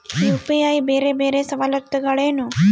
UPI ಬೇರೆ ಬೇರೆ ಸವಲತ್ತುಗಳೇನು?